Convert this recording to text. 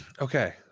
Okay